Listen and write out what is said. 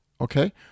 okay